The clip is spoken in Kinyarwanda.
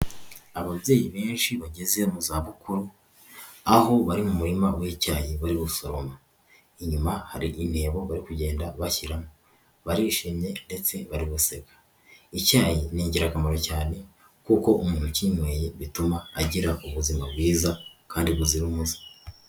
Ababyeyi benshi bageze mu za bukuru, aho bari mu murima w'icyayi bari gusoroma inyuma hari intebo bari kugenda bashyira barishimye ndetse bari guseka. Icyayi ni igirakamaro cyane kuko umuntu ukinyweye bituma agira ubuzima bwiza kandi buzira umuze.